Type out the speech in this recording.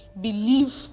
believe